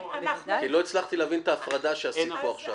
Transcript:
כי לא הצלחתי להבין את ההפרדה שעשית פה עכשיו.